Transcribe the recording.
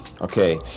Okay